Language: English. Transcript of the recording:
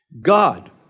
God